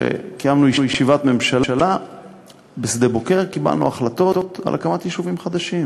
כשקיימנו ישיבת ממשלה בשדה-בוקר קיבלנו החלטות על הקמת יישובים חדשים.